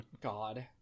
God